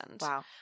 Wow